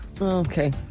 Okay